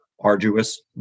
arduous